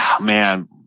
man